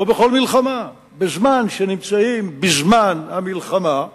כמו בכל מלחמה, בזמן שנמצאים בזמן המלחמה,